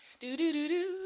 Do-do-do-do